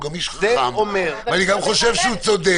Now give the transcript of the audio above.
הוא גם איש חכם ואני גם חושב שהוא צודק.